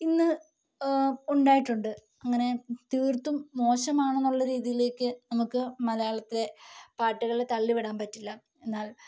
ഇന്ന് ഉണ്ടായിട്ടുണ്ട് അങ്ങനെ തീർത്തൂം മോശമാണെന്നുള്ള രീതിയിലേക്ക് നമുക്ക് മലയാളത്തെ പാട്ടുകളെ തള്ളിവിടാൻ പറ്റില്ല എന്നാൽ